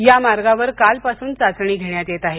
या मार्गावर कालपासून चाचणी घेण्यात येत आहे